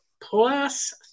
plus